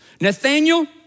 Nathaniel